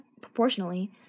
proportionally